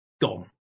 gone